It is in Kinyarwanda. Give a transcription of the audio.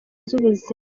z’ubuzima